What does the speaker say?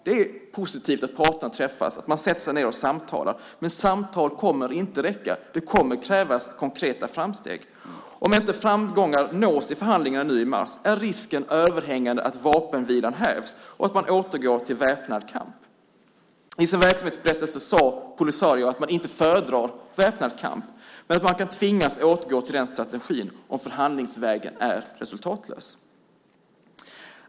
Det är positivt att parterna träffas, att man sätter sig ned och samtalar. Men samtal kommer inte att räcka. Det kommer att krävas konkreta framsteg. Om inte framgångar nås i förhandlingarna nu i mars är risken överhängande att vapenvilan hävs och att man återgår till väpnad kamp. I sin verksamhetsberättelse sade Polisario att man "inte föredrar väpnad kamp", men att man kan tvingas återgå till den strategin om förhandlingsvägen är resultatlös.